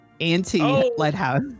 anti-lighthouse